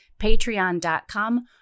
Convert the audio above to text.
patreon.com